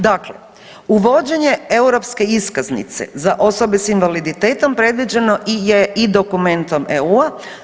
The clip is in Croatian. Dakle, uvođenje europske iskaznice za osobe sa invaliditetom predviđeno je i dokumentom EU.